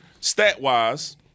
stat-wise